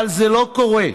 אבל זה לא קורה.